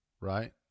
right